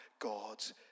God's